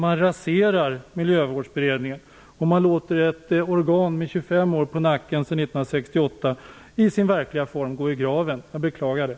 Miljövårdsberedningen raseras, och ett organ med 25 år på nacken - sedan 1968 - går i sin verkliga form i graven. Jag beklagar det.